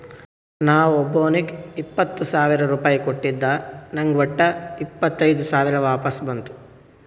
ನಾ ಒಬ್ಬೋನಿಗ್ ಇಪ್ಪತ್ ಸಾವಿರ ರುಪಾಯಿ ಕೊಟ್ಟಿದ ನಂಗ್ ವಟ್ಟ ಇಪ್ಪತೈದ್ ಸಾವಿರ ವಾಪಸ್ ಬಂದು